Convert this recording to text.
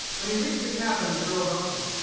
when he reached the cabin of the girl's uncle.